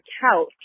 couch